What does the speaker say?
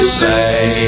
say